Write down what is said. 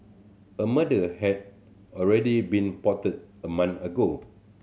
a murder had already been plotted a month ago